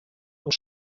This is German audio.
und